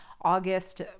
August